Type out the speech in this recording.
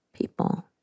people